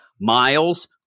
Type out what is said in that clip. Miles